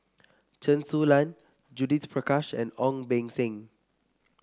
Chen Su Lan Judith Prakash and Ong Beng Seng